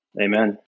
Amen